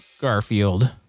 Garfield